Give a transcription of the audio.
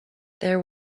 there